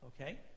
Okay